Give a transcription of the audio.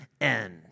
end